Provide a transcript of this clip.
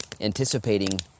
anticipating